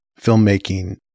filmmaking